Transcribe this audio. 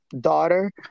daughter